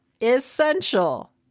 essential